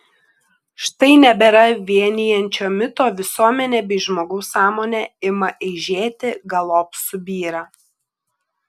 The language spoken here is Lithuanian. štai nebėra vienijančio mito visuomenė bei žmogaus sąmonė ima eižėti galop subyra